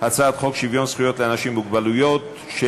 הצעת חוק שוויון זכויות לאנשים עם מוגבלות (תיקון,